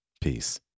Peace